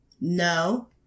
No